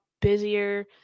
busier